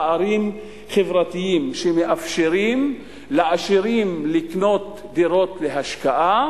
פערים חברתיים שמאפשרים לעשירים לקנות דירות להשקעה